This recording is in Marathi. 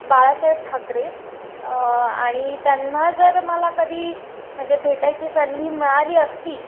बाळासाहेब ठाकरे आणी त्यांना जर मला कधी म्हणजे भेटायची संधी मिळाली असती